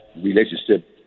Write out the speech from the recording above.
relationship